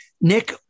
Nick